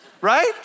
Right